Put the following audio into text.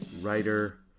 writer